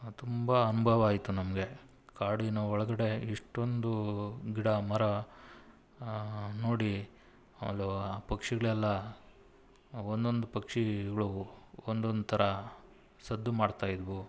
ತುಂಬ ಅನುಭವ ಆಯಿತು ನಮಗೆ ಕಾಡಿನ ಒಳಗಡೆ ಇಷ್ಟೊಂದು ಗಿಡ ಮರ ನೋಡಿ ಅಲುವಾ ಪಕ್ಷಿಗಳೆಲ್ಲ ಒಂದೊಂದು ಪಕ್ಷಿಗಳು ಒಂದೊಂದು ಥರ ಸದ್ದು ಮಾಡ್ತಾಯಿದ್ದವು